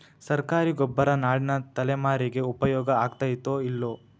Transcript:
ಸರ್ಕಾರಿ ಗೊಬ್ಬರ ನಾಳಿನ ತಲೆಮಾರಿಗೆ ಉಪಯೋಗ ಆಗತೈತೋ, ಇಲ್ಲೋ?